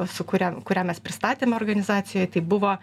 su kuria kurią mes pristatėm organizacijoj tai buvo